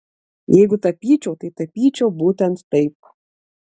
jeigu tapyčiau tai tapyčiau būtent taip